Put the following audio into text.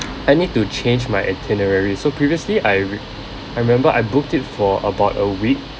I need to change my itinerary so previously I re~ I remember I booked it for about a week